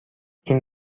این